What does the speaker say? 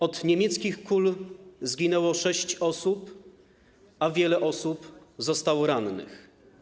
Od niemieckich kul zginęło sześć osób, a wiele osób zostało rannych.